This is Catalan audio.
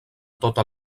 tota